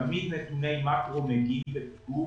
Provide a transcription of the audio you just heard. תמיד נתוני מקרו מביאים ל-...